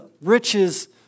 riches